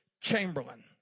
chamberlain